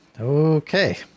okay